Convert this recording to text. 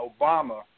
Obama